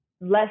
less